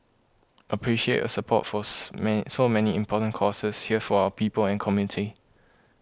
appreciate your support for so many important causes here for our people and community